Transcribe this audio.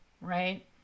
right